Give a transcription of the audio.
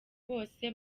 bose